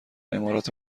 امارات